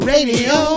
Radio